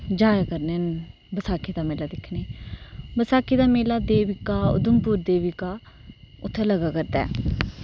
जाया करने न बसाखी दा मेला दिक्खने बसाखी दा मेला देविका ऊधमपुर उत्थै लग्गा करदा ऐ